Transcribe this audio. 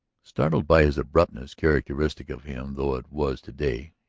startled by his abruptness, characteristic of him though it was to-day,